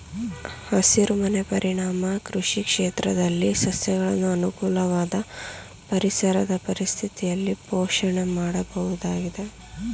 ಹಸಿರುಮನೆ ಪರಿಣಾಮ ಕೃಷಿ ಕ್ಷೇತ್ರದಲ್ಲಿ ಸಸ್ಯಗಳನ್ನು ಅನುಕೂಲವಾದ ಪರಿಸರದ ಪರಿಸ್ಥಿತಿಯಲ್ಲಿ ಪೋಷಣೆ ಮಾಡುವುದಾಗಿದೆ